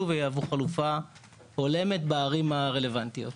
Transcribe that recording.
ויעברו חלופה הולמת בערים הרלוונטיות.